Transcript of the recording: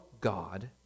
God